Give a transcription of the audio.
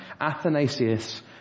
Athanasius